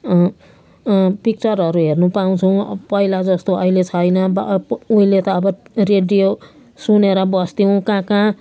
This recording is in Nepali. पिक्चरहरू हेर्नुपाउँछौँ पहिला जस्तो अहिले छैन प उहिले त अब रेडियो सुनेर बस्थ्यौँ कहाँ कहाँ